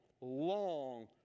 long